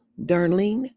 Darlene